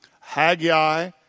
Haggai